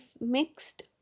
mixed